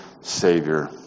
Savior